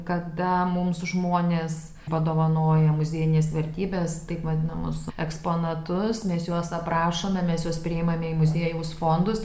kada mums žmonės padovanoja muziejines vertybes taip vadinamus eksponatus mes juos aprašome mes juos priimame į muziejaus fondus